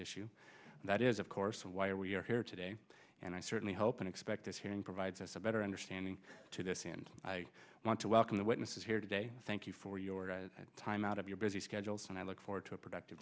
issue that is of course of why we are here today and i certainly hope and expect this hearing provides us a better understanding to this and i want to welcome the witnesses here today thank you for your time out of your busy schedules and i look forward to a productive